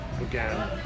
again